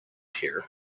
here